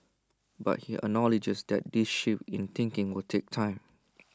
but he acknowledges that this shift in thinking will take time